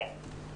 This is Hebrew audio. ראשית,